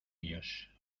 ellos